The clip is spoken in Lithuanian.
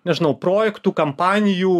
nežinau projektų kampanijų